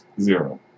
Zero